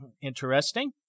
interesting